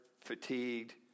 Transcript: fatigued